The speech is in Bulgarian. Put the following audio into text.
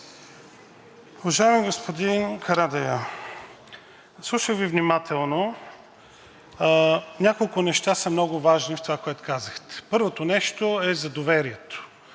Уважаеми господин Карадайъ, слушах Ви внимателно – няколко неща са много важни в това, което казахте. Първото нещо е за доверието.